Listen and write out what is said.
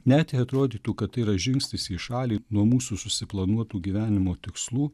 net jei atrodytų kad tai yra žingsnis į šalį nuo mūsų susiplanuotų gyvenimo tikslų